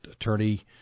attorney